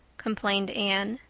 complained anne.